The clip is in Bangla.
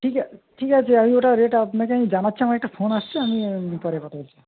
ঠিক আ ঠিক আছে আমি ওটার রেট আপনাকে আমি জানাচ্ছি আমার একটা ফোন আসছে আমি পরে কথা বলছি